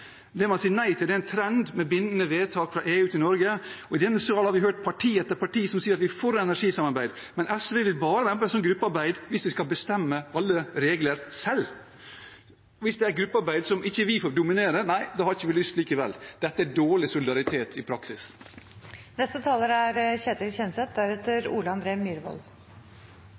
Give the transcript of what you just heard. Det man sier nei til, er en trend med bindende vedtak fra EU til Norge. I denne sal har vi hørt parti etter parti som sier de er for energisamarbeid, men SV vil bare være med på slikt gruppearbeid hvis vi kan bestemme alle regler selv – hvis det er et gruppearbeid som ikke vi får dominere, nei, da har vi ikke lyst likevel. Dette er dårlig solidaritet i praksis. Jeg merker meg at Island er